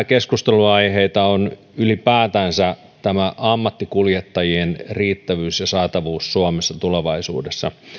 keskustelunaiheita ovat ylipäätänsä tämä ammattikuljettajien riittävyys ja saatavuus suomessa tulevaisuudessa